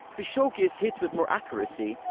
to showcase hits with more accuracy,